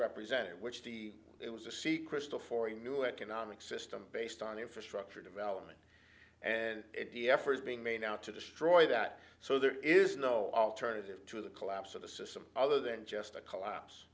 represented which the it was a sea crystal for a new economic system based on infrastructure development and the efforts being made out to destroy that so there is no alternative to the collapse of the system other than just a collapse